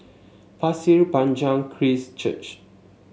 Pasir Panjang Christ Church